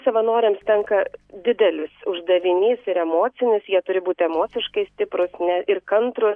savanoriams tenka didelis uždavinys ir emocinis jie turi būti emociškai stiprūs ir kantrūs